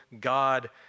God